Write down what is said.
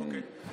אוקיי.